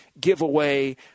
giveaway